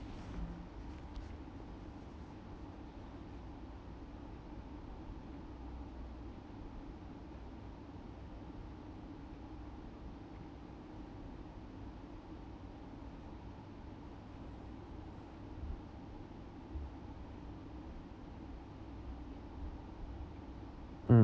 mm